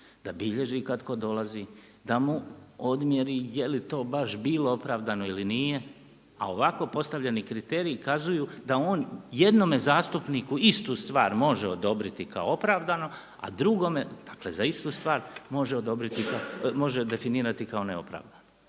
da bilježi kad tko dolazi, da mu odmjeri je li to baš bilo opravdano ili nije. A ovako postavljeni kriteriji ukazuju da on jednome zastupniku istu stvar može odobriti kao opravdano a drugome, dakle za istu stvar može odobriti, može definirati kao neopravdano.